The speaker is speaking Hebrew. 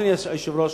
אדוני היושב-ראש,